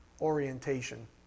orientation